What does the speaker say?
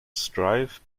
strive